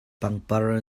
pangpar